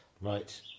Right